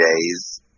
days